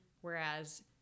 Whereas